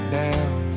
down